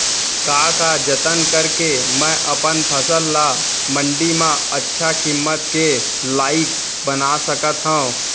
का का जतन करके मैं अपन फसल ला मण्डी मा अच्छा किम्मत के लाइक बना सकत हव?